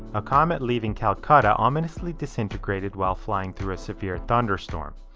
a comet leaving calcutta ominously disintegrated while flying through a severe thunderstorm.